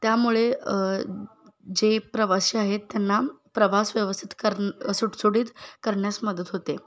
त्यामुळे जे प्रवासी आहेत त्यांना प्रवास व्यवस्थित करण्या सुटसुटीत करण्यास मदत होते